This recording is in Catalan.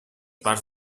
parts